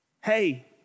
Hey